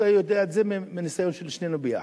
אתה יודע את זה מהניסיון של שנינו יחד.